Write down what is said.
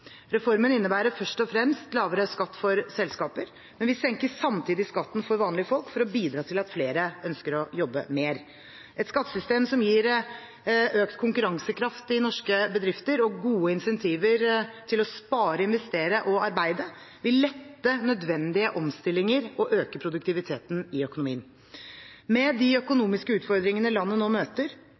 Reformen innebærer først og fremst lavere skatt for selskaper, men vi senker samtidig skatten for vanlige folk for å bidra til at flere ønsker å jobbe mer. Et skattesystem som gir økt konkurransekraft i norske bedrifter og gode insentiver til å spare, investere og arbeide, vil lette nødvendige omstillinger og øke produktiviteten i økonomien. Med de økonomiske utfordringene landet nå møter,